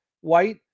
white